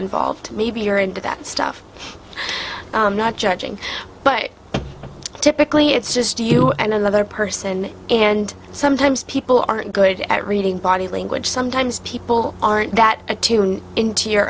involved maybe you're into that stuff not judging but typically it's just you and another person and sometimes people aren't good at reading body language sometimes people aren't that into your